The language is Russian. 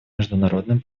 международным